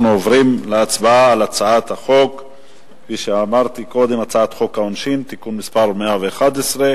אנחנו עוברים להצבעה על הצעת חוק העונשין (תיקון מס' 111)